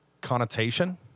connotation